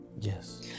Yes